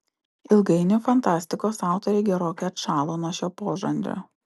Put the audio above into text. ilgainiui fantastikos autoriai gerokai atšalo nuo šio požanrio